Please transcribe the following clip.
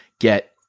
get